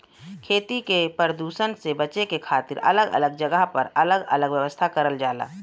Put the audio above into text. खेती के परदुसन से बचे के खातिर अलग अलग जगह पर अलग अलग व्यवस्था करल जाला